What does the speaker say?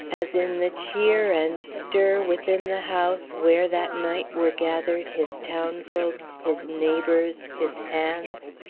as in the cheer and stir within the house where that night were gathered his townsfolk, his neighbours, his hands.